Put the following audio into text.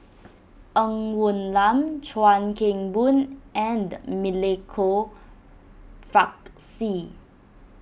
Ng Woon Lam Chuan Keng Boon and Milenko Prvacki